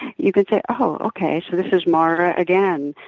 you can say, oh, okay. so this is mara again.